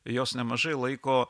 jos nemažai laiko